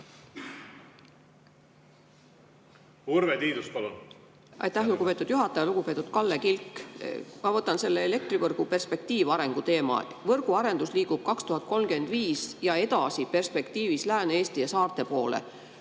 Urve Tiidus, palun! Aitäh, lugupeetud juhataja! Lugupeetud Kalle Kilk! Ma võtan selle elektrivõrgu perspektiivarengu teema. Võrguarendus liigub 2035 ja edasi perspektiivis Lääne-Eesti ja saarte poole.